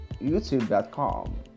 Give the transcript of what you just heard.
youtube.com